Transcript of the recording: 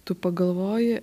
tu pagalvoji